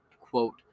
quote